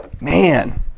Man